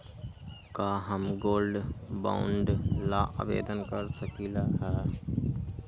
का हम gold bond ला आवेदन कर सकली ह?